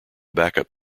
backup